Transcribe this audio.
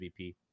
MVP